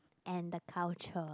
and the culture